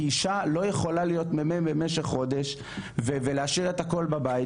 כי אישה לא יכולה להיות מ"מ למשך חודש ולהשאיר את הכול בבית,